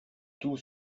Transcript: tout